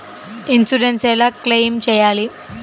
Insurance ఎలా claim చేయాలి?